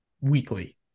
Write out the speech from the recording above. weekly